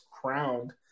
crowned